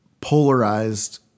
polarized